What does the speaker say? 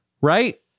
right